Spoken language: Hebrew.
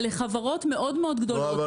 אלו חברות מאוד מאוד גדולות.